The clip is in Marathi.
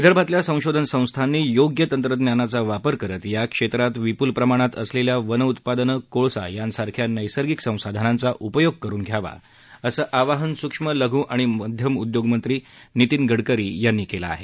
विदर्भातल्या संशोधन संस्थांनी योग्य तंत्रज्ञानाचा वापर करत या क्षेत्रात विपूल प्रमाणात असलेल्या वन उत्पादनं कोळसा यांसारख्या नैसर्गिक संसाधनाचा उपयोग करून घ्यावा असं आवाहन सुक्ष्म लघु आणि मध्यम उद्योगमंत्री नितीन गडकरी यांनी केलं आहे